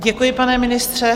Děkuji, pane ministře.